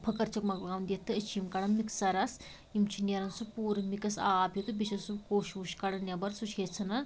پھُکَر چھِکھ مۄکلاوان دِتھ تہٕ أسۍ چھِ یم کَڑان مِکسَرَس یم چھِ نیران سُہ پوٗرٕ مکس آب ہیٛو تہٕ بیٚیہِ چھُ سُہ کوٚش ووٚش کڑان نیٚبَر سُہ چھِ أسۍ ژھٕنان